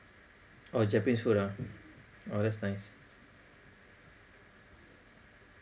oh japanese food ah oh that's nice